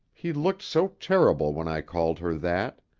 he looked so terrible when i called her that.